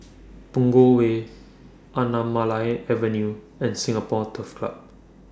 Punggol Way Anamalai Avenue and Singapore Turf Club